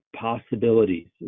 possibilities